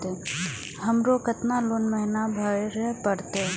हमरो केतना लोन महीना में भरे परतें?